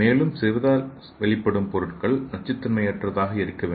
மேலும் சிதைவதால் வெளிப்படும் பொருட்கள் நச்சுத்தன்மையற்றதாக இருக்க வேண்டும்